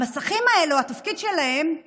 המסכים האלה, התפקיד שלהם הוא